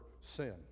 sin